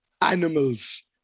animals